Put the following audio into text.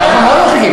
אנחנו לא מחכים.